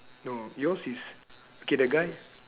no yours is okay the guy